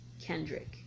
Kendrick